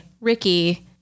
Ricky